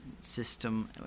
system